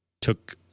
took